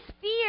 fear